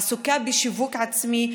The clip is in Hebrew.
עסוקה בשיווק עצמי,